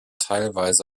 teilweise